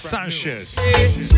Sanchez